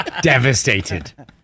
devastated